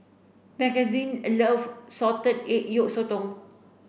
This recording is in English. Mckenzie love salted egg yolk sotong